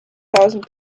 thousand